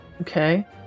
Okay